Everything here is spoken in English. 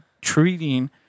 treating